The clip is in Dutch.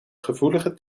gevoelige